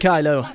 Kylo